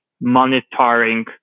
monitoring